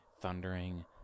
thundering